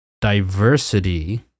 diversity